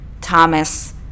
Thomas